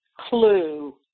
clue